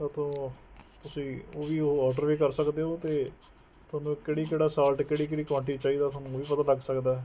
ਤਾਂ ਉੱਥੋਂ ਤੁਸੀਂ ਉਹ ਵੀ ਉਹ ਔਡਰ ਏ ਕਰ ਸਕਦੇ ਓ ਅਤੇ ਤੁਹਾਨੂੰ ਕਿਹੜੀ ਕਿਹੜਾ ਸਾਲਟ ਕਿਹੜੀ ਕਿਹੜੀ ਕੁਆਂਟੀਟੀ ਚਾਹੀਦਾ ਤੁਹਾਨੂੰ ਉਹ ਵੀ ਪਤਾ ਲੱਗ ਸਕਦਾ